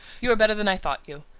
you are better than i thought you.